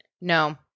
No